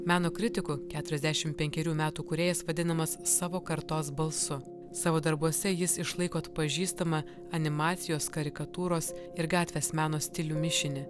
meno kritikų ketruriasdešimt penkerių metų kūrėjas vadinamas savo kartos balsu savo darbuose jis išlaiko atpažįstamą animacijos karikatūros ir gatvės meno stilių mišinį